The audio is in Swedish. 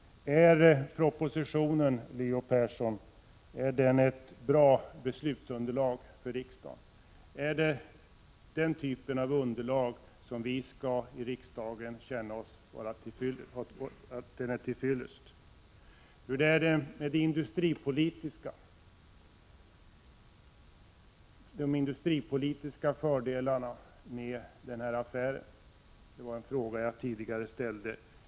Är propositionen, Leo Persson, ett bra beslutsunderlag för riksdagen? Är det den typ av underlag som vi i riksdagen kan känna är till fyllest? Hur är det med de industripolitiska fördelarna med affären? Det var en fråga som jag tidigare ställde.